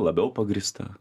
labiau pagrįsta